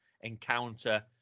encounter